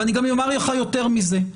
ואני גם אומר לך יותר מזה,